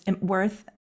worth